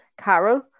Carol